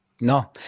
No